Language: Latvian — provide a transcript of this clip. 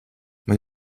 man